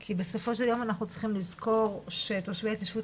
כי בסופו של יום אנחנו צריכים לזכור שתושבי ההתיישבות